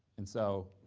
and so